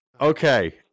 Okay